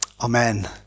Amen